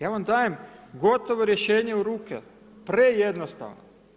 Ja vam dajem gotovo rješenje u ruke, prejednostavno.